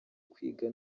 kwiga